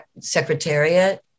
Secretariat